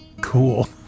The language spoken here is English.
Cool